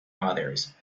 others